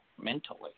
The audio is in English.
mentally